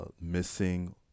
missing